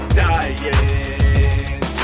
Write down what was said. dying